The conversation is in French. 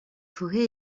forêts